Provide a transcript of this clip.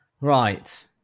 Right